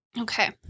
Okay